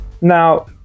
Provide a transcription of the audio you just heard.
now